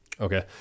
Okay